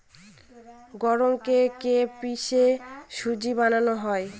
গমকে কে পিষে সুজি বানানো হয়